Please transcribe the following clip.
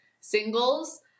singles